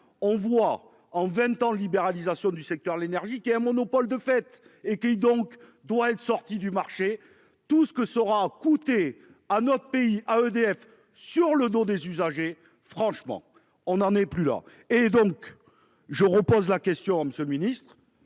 on voit en 20 ans. Libéralisation du secteur de l'énergie qui est un monopole de fait et qui donc doit être sorti du marché. Tout ce que ça aura coûté à notre pays à EDF sur le dos des usagers. Franchement on n'en est plus là et donc je repose la question, Monsieur le Ministre,